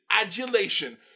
adulation